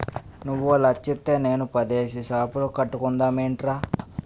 నువ్వో లచ్చిత్తే నేనో పదేసి సాపులు కట్టుకుందమేట్రా